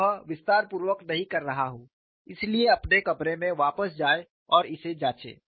मैं वह विस्तारपूर्वक नहीं कर रहा हूं इसलिए अपने कमरे में वापस जाएं और इसे जांचें